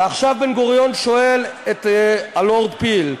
ועכשיו בן-גוריון שואל את הלורד פיל: